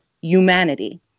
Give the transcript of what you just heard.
humanity